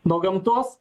nuo gamtos